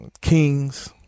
Kings